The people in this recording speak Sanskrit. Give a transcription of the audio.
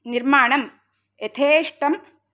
निर्माणं यथेष्टं